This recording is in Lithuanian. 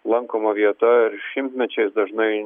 lankoma vieta ir šimtmečiais dažnai